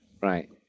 Right